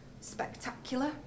spectacular